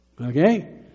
Okay